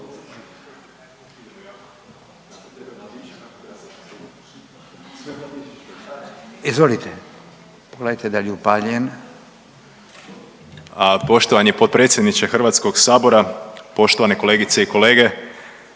Izvolite, pogledajte da li je upaljen. **Troskot, Zvonimir (MOST)** Poštovani potpredsjedniče Hrvatskog sabora, poštovane kolegice i kolege,